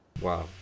Wow